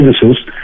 services